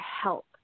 help